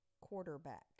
Quarterback